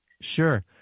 Sure